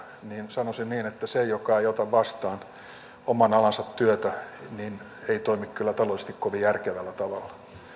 sanoisin niin että se joka ei ota vastaan oman alansa työtä ei toimi kyllä taloudellisesti kovin järkevällä